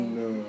no